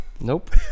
Nope